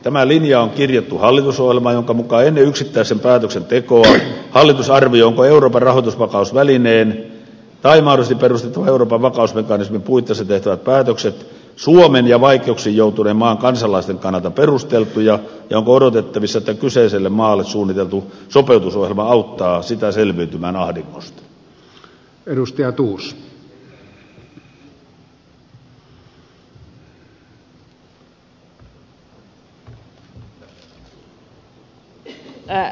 tämä linja on kirjattu hallitusohjelmaan jonka mukaan ennen yksittäisen päätöksen tekoa hallitus arvioi ovatko euroopan rahoitusvakausvälineen tai mahdollisesti perustettavan euroopan vakausmekanismin puitteissa tehtävät päätökset suomen ja vaikeuksiin joutuneen maan kansalaisten kannalta perusteltuja ja onko odotettavissa että kyseiselle maalle suunniteltu sopeutusohjelma auttaa sitä selviytymään ahdingosta